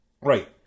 Right